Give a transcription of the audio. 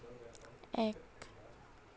এক